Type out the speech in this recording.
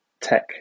tech